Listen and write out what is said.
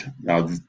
now